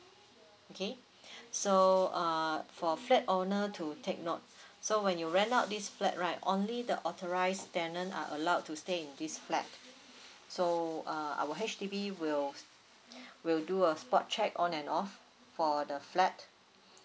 okay so uh for flat owner to take note so when you rent out this flat right only the authorized tenant are allowed to stay in this flat so uh our H_D_B will s~ will do a spot check on and off for the flat